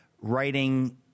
writing